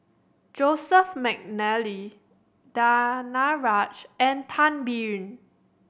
Joseph McNally Danaraj and Tan Biyun